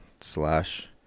slash